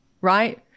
right